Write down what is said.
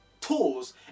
tools